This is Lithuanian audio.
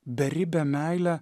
beribę meilę